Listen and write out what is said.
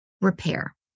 repair